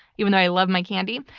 even i love my candy.